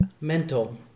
mental